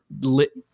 lit